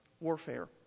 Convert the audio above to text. warfare